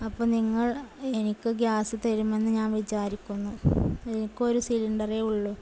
അപ്പം നിങ്ങൾ എനിക്ക് ഗ്യാസ് തരുമെന്ന് ഞാൻ വിചാരിക്കുന്നു എനിക്കൊരു സിലിണ്ടറേ ഉള്ളു